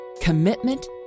commitment